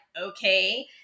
okay